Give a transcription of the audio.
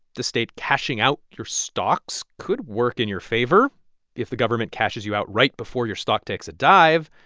the state cashing out your stocks could work in your favor if the government cashes you out right before your stock takes a dive,